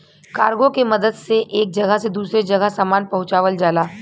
cargo के मदद से एक जगह से दूसरे जगह सामान पहुँचावल जाला